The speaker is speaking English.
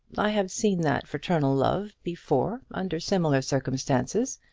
i have seen that fraternal love before under similar circumstances,